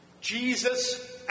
Jesus